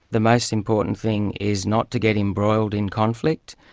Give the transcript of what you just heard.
the most important thing is not to get embroiled in conflict,